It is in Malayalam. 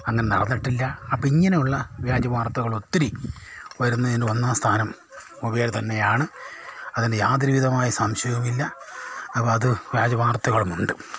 അങ്ങനെ നടന്നിട്ടില്ല അപ്പം ഇങ്ങനെയുള്ള വ്യാജവാർത്തകൾ ഒത്തിരി വരുന്നതിന് ഒന്നാം സ്ഥാനം മൊബൈൽ തന്നെയാണ് അതിന് യാതൊരുവിധമായ സംശയവുമില്ല അപ്പം അത് വ്യാജവാർത്തകളുമുണ്ട്